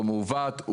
הוא מעוות,